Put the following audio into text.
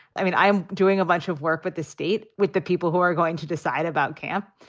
i mean, i'm doing a bunch of work with the state, with the people who are going to decide about camp.